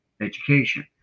education